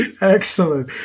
Excellent